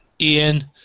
Ian